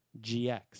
GX